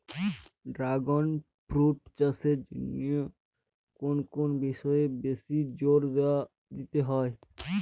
Dragon fruit চাষের জন্য কোন কোন বিষয়ে বেশি জোর দিতে হয়?